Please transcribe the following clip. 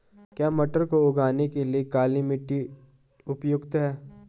क्या मटर को उगाने के लिए काली मिट्टी उपयुक्त है?